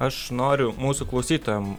aš noriu mūsų klausytojam